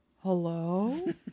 Hello